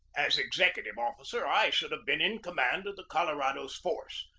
as executive officer, i should have been in command of the colorado's force,